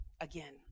again